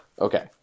Okay